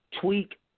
tweak